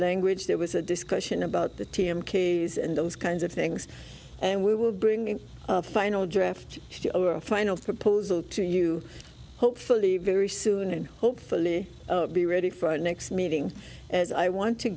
language there was a discussion about the team k s and those kinds of things and we will bring a final draft or a final proposal to you hopefully very soon and hopefully be ready for our next meeting as i want to